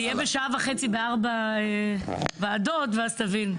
תהיה בשעה וחצי בארבע ועדות ואז תבין.